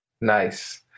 Nice